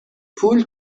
پول